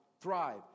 thrive